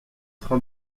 train